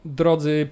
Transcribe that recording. drodzy